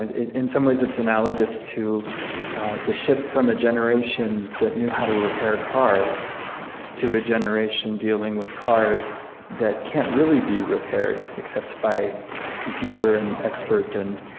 in some ways it's analogous to the shift from a generation that knew how to repair cars to a generation dealing with cars that can't really be repaired, except by computer and expert and